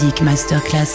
Masterclass